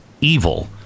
evil